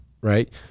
right